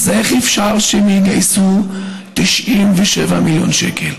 אז איך אפשר שהם יגייסו 97 מיליון שקלים?